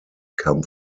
come